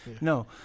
No